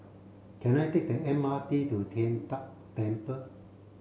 can I take the M R T to Tian De Temple